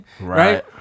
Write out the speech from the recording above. Right